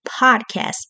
podcast